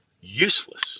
useless